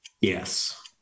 Yes